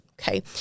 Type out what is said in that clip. Okay